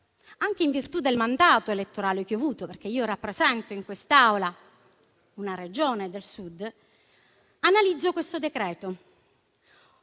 anche in virtù del mandato elettorale che ho avuto, perché rappresento in quest'Aula una Regione del Sud, analizzo questo decreto,